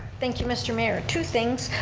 thank you, mr. mayor. two things.